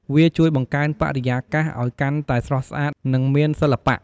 វាជួយបង្កើនបរិយាកាសឱ្យកាន់តែស្រស់ស្អាត និងមានសិល្បៈ។